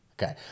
Okay